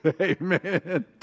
amen